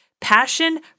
passion